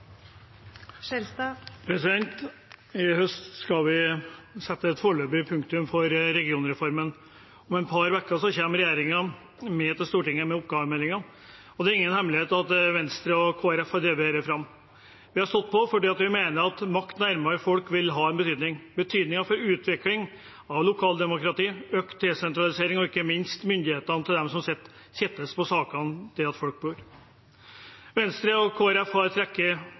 I høst skal vi sette et foreløpig punktum for regionreformen. Om et par uker kommer regjeringen til Stortinget med oppgavemeldingen, og det er ingen hemmelighet at Venstre og Kristelig Folkeparti har drevet dette fram. Vi har stått på fordi vi mener at makt nærmere folk vil ha en betydning, en betydning for utvikling av lokaldemokrati, økt desentralisering og ikke minst myndigheten til dem som sitter tettest på sakene, der folk bor. Venstre og Kristelig Folkeparti har